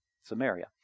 Samaria